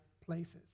places